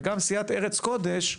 וגם סיעת ארץ קודש,